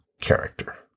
character